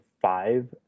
five